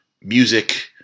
music